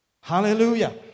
Hallelujah